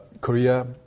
Korea